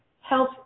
health